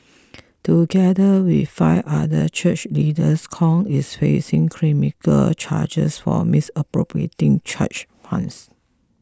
together with five other church leaders Kong is facing criminal charge for misappropriating church funds